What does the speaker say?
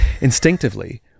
Instinctively